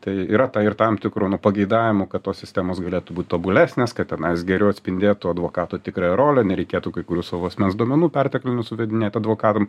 tai yra ta ir tam tikrų nu pageidavimų kad tos sistemos galėtų būt tobulesnės kad tenai geriau atspindėtų advokato tikrąją rolę nereikėtų kai kurių savo asmens duomenų perteklinių suvedinėt advokatam